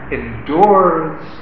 endures